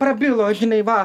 prabilo žinai va